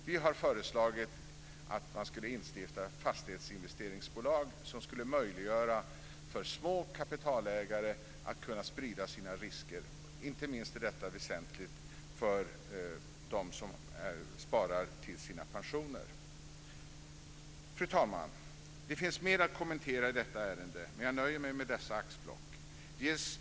Vi har föreslagit att man ska instifta fastighetsinvesteringsbolag, som skulle möjliggöra för små kapitalägare att sprida sina risker. Inte minst är detta väsentligt för dem som sparar till sina pensioner. Fru talman! Det finns mer att kommentera i detta ärende, men jag nöjer mig med dessa axplock.